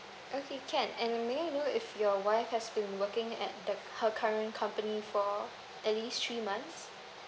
okay can and may I know if your wife has been working at the her current company for at least three months